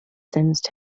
sensed